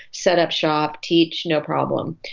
set up shop, teach, no problem.